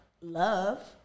love